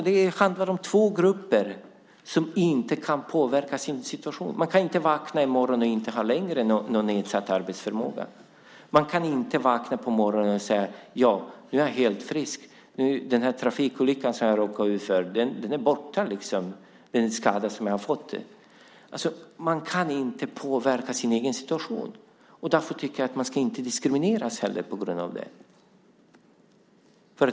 Det handlar alltså om två grupper som inte kan påverka sin situation. Man kan inte vakna i morgon och inte längre ha en nedsatt arbetsförmåga. Man kan inte vakna på morgonen och säga: Nu är jag helt frisk, den skada som jag fick när jag råkade ut för en trafikolycka är borta. Man kan inte påverka sin egen situation. Därför tycker jag inte heller att man ska diskrimineras på grund av det.